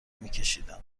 میکشیدم